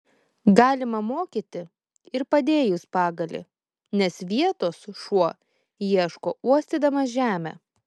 galima mokyti ir padėjus pagalį nes vietos šuo ieško uostydamas žemę